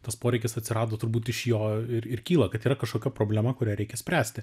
tas poreikis atsirado turbūt iš jo ir ir kyla kad yra kažkokia problema kurią reikia spręsti